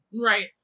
Right